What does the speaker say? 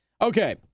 Okay